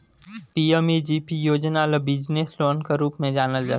PMEGP योजना ल business loan कर रूप में जानल जाथे